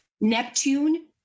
Neptune